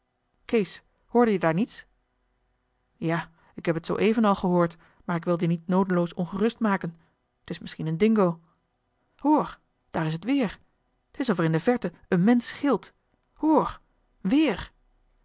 kees hoorde jij daar niets ja ik heb het zooeven al gehoord maar ik wilde je niet noodeloos ongerust maken t is misschien een dingo hoor daar is het weer t is of er in de verte een mensch gilt hoor weer